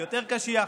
יותר קשיח?